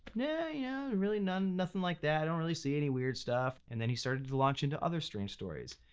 yeah you know, really nothing nothing like that, i don't really see any weird stuff. and then he started to launch into other strange stories.